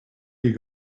you